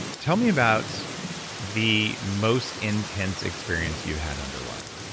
tell me about the most intense experience you've had underwater?